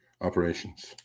operations